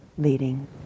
leading